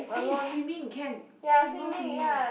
eh swimming can can go swimming